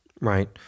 right